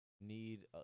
need